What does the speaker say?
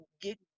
get